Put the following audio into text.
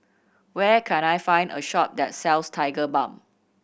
where can I find a shop that sells Tigerbalm